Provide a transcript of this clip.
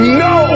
no